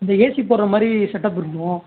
இந்த ஏசி போட்டுற மாதிரி செட்டப் இருக்கணும்